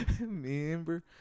remember